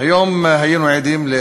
הם אמרו כבר למה הם לא אוהבים את